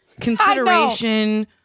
consideration